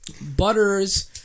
Butters